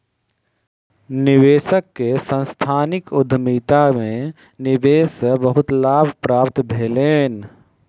निवेशक के सांस्थानिक उद्यमिता में निवेश से बहुत लाभ प्राप्त भेलैन